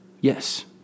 Yes